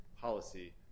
policy